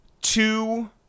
two